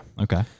Okay